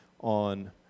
on